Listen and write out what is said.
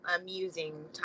amusing